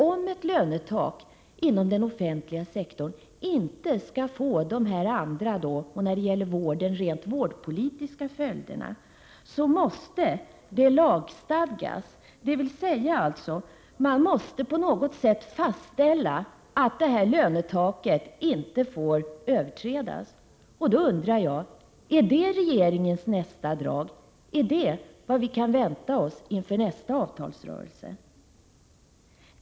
Om ett lönetak inom den offentliga sektorn inte skall få dessa rent vårdpolitiska följder, måste det lagstadgas eller på något annat sätt fastställas att detta lönetak inte får överträdas. Är det regeringens nästa drag? Är det vad vi kan vänta oss inför nästa avtalsrörelse?